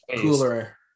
cooler